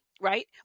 right